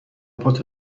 پات